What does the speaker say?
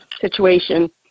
situation